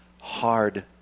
hard